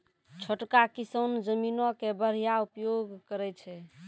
छोटका किसान जमीनो के बढ़िया उपयोग करै छै